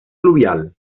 fluvial